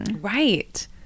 Right